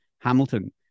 Hamilton